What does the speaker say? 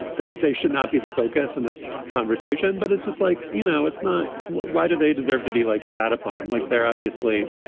they should not be the focus in this conversation. but it's just like, you know, it's not why do they deserve to be, like, shat upon? like they're obviously,